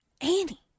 Annie